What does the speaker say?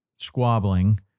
squabbling